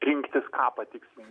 rinktis ką patikslinkit